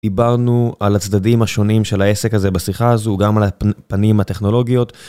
דיברנו על הצדדים השונים של העסק הזה, בשיחה הזו, גם על הפנים הטכנולוגיות